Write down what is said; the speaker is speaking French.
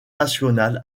nationale